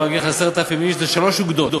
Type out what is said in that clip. הוא יגיד לך: 10,000 איש, זה שלוש אוגדות.